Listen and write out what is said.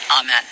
Amen